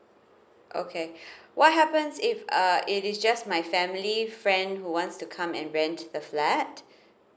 okay what happens if uh it is just my family friend who wants to come and rent the flat